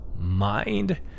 mind